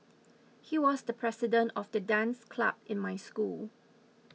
he was the president of the dance club in my school